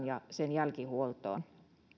ja sen jälkihuoltoon